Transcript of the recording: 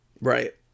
right